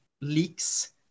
leaks